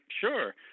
sure